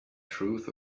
truth